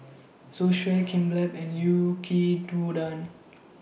Zosui Kimbap and Yaki Udon